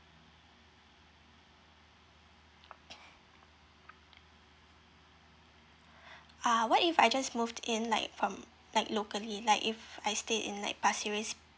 ah what if I just moved in like from like locally like if I stayed in like pasir ris